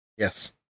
Yes